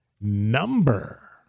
Number